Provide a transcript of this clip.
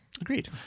agreed